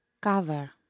Cover